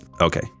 okay